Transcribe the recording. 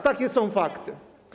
Takie są fakty.